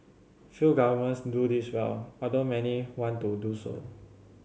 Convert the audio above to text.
few governments do this well although many want to do so